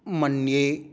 मन्ये